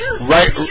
right